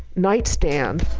night stand,